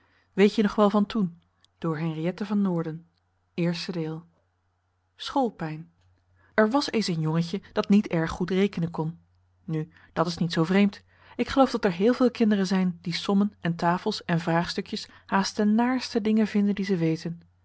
schoolpijn r was eens een jongentje dat niet erg goed rekenen kon nu dat is niet zoo vreemd ik geloof dat er heel veel kinderen zijn die sommen en tafels en vraagstukjes haast de naarste dingen vinden die ze weten